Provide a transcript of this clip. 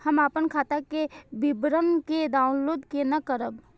हम अपन खाता के विवरण के डाउनलोड केना करब?